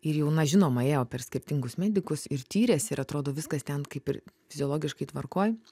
ir jau na žinoma ėjo per skirtingus medikus ir tyrėsi ir atrodo viskas ten kaip ir fiziologiškai tvarkoj